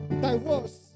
divorce